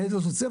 הניידת לא תצא,